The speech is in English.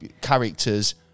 characters